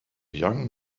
young